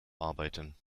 arbeiten